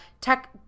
tech –